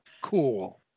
cool